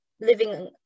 living